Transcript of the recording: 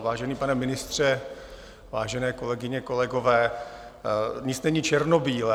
Vážený pane ministře, vážené kolegyně, kolegové, nic není černobílé.